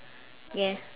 yeah